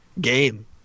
game